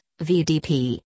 VDP